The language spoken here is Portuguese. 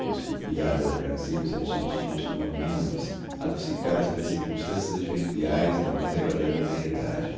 eu escolhia a bel prazer os adjetivos como amêndoas adocicadas pelas circunstâncias adverbiais da mais agradável variedade